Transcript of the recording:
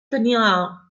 tenia